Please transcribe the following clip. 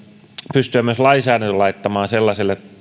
pystyä myös lainsäädäntö laittamaan sellaiselle